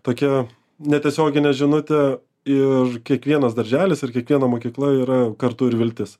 tokia netiesioginė žinutė ir kiekvienas darželis ir kiekviena mokykla yra kartu ir viltis